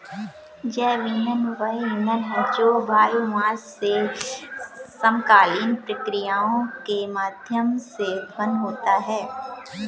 जैव ईंधन वह ईंधन है जो बायोमास से समकालीन प्रक्रियाओं के माध्यम से उत्पन्न होता है